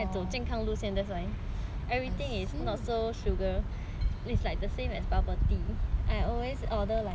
is not so sugar it's like the same as bubble tea I always order like err thirty percent ya